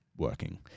Working